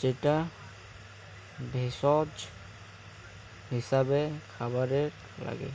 যেটা ভেষজ হিছাবে খাবারে নাগে